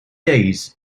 days